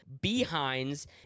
behinds